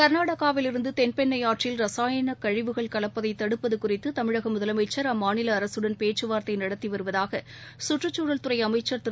கர்நாடகாவில் இருந்து தென்பெண்ணை ஆற்றில் ரசாயன கழிவுகள் கலப்பதை தடுப்பது குறித்து தமிழக முதலமைச்சா் அம்மாநில அரகடன் பேச்சுவார்த்தை நடத்தி வருவதாக கற்றுச்சூழல் துறை அமைச்சா் திரு